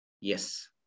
Yes